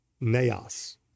naos